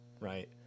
right